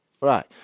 Right